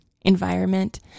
environment